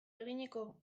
eginiko